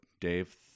Dave